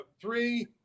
three